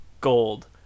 Gold